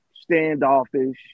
standoffish